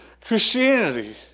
Christianity